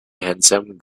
handsome